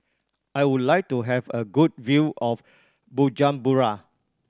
I would like to have a good view of Bujumbura